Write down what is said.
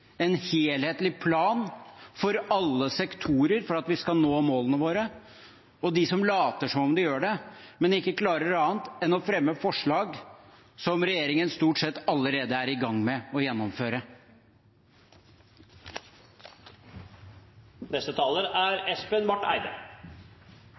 en helhetlig plan for alle sektorer for at vi skal nå målene våre, og dem som later som om de gjør det, men ikke klarer annet enn å fremme forslag som regjeringen stort sett allerede er i gang med å gjennomføre.